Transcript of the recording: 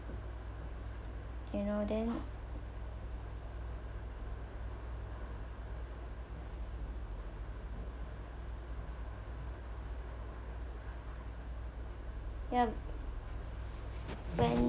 you know then yup when